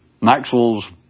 Maxwell's